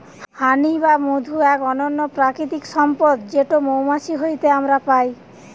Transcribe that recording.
হানি বা মধু এক অনন্য প্রাকৃতিক সম্পদ যেটো মৌমাছি হইতে আমরা পাই